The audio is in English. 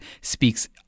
speaks